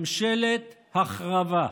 ממשלת החרבה.